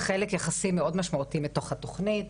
חלק יחסי מאוד משמעותי מתוך התוכנית,